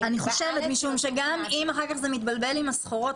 אני חושבת כי אם אחר כך זה מתבלבל עם הסחורה,